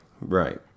right